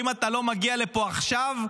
אם אתה לא מגיע לפה עכשיו,